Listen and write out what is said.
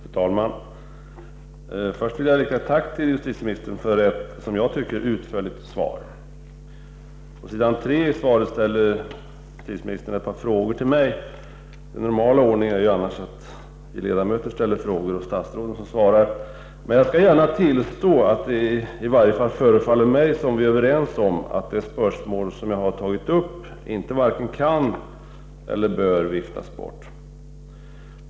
Fru talman! Först vill jag rikta ett tack till justitieministern för ett utförligt svar. På s. 3 i svaret ställer justitieministern ett par frågor till mig. Den normala ordningen är ju annars att det är vi ledamöter som ställer frågor och statsråden som svarar. Men jag tillstår gärna att det förefaller mig som att vi är överens om att det spörsmål som jag har tagit upp varken kan eller bör viftas bort.